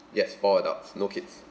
yes four adults no kids